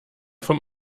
vom